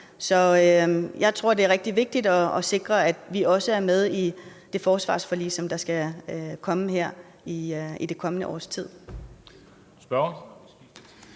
Så jeg tror, det er rigtig vigtigt at sikre, at vi også er med i det forsvarsforlig, som der kommer her i det kommende års tid. Kl.